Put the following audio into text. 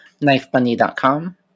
knifebunny.com